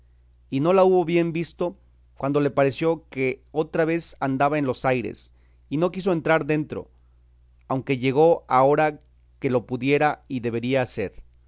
y no la hubo bien visto cuando le pareció que otra vez andaba en los aires y no quiso entrar dentro aunque llegó a hora que lo pudiera y debiera hacer por ser